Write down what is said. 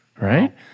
Right